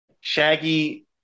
Shaggy